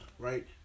Right